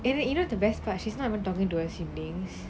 and you know the best part she's not even talking to her siblings